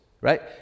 right